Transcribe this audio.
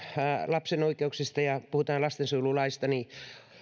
lapsen oikeuksista ja puhutaan lastensuojelulaista